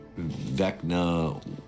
Vecna